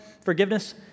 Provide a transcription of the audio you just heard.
forgiveness